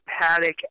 paddock